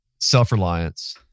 self-reliance